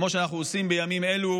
כמו שאנחנו עושים בימים אלו